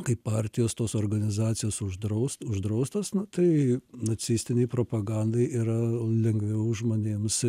kaip partijos tos organizacijos uždraus uždraustos nu tai nacistinei propagandai yra lengviau žmonėms